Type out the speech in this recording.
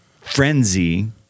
frenzy